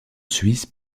suisse